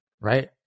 right